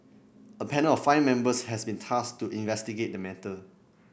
a panel of five members has been tasked to investigate the matter